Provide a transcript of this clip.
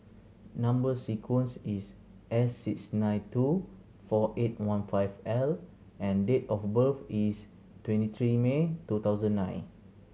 number sequence is S six nine two four eight one five L and date of birth is twenty three May two thousand nine